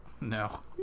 No